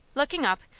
looking up,